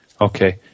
Okay